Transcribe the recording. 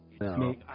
No